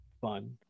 fun